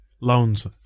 loans